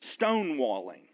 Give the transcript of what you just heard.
stonewalling